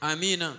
Amen